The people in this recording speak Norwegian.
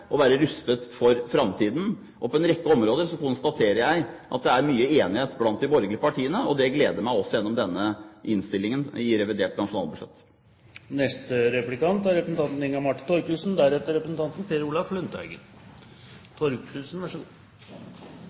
og være rustet for framtiden. Og på en rekke områder konstaterer jeg at det er mye enighet blant de borgerlige partiene, og det gleder meg å se at det også er i denne innstillingen til revidert nasjonalbudsjett. Fremskrittspartiet har en tradisjon for å ha penger til mye. Jeg syns det er